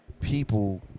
People